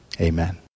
Amen